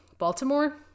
baltimore